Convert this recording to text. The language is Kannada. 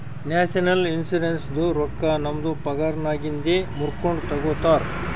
ನ್ಯಾಷನಲ್ ಇನ್ಶುರೆನ್ಸದು ರೊಕ್ಕಾ ನಮ್ದು ಪಗಾರನ್ನಾಗಿಂದೆ ಮೂರ್ಕೊಂಡು ತಗೊತಾರ್